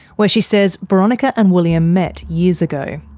where she says boronika and william met years ago.